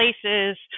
places